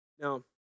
Now